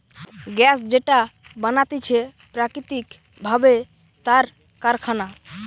gas যেটা বানাতিছে প্রাকৃতিক ভাবে তার কারখানা